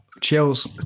chills